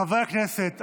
חברי הכנסת,